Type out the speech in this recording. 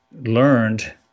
learned